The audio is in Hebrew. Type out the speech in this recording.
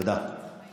חמש דקות לרשותך.